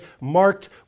marked